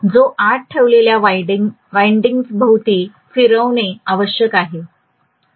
जो आत ठेवलेल्या वाईन्डींग भोवती फिरविणे आवश्यक आहे